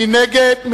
מי נגד?